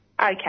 Okay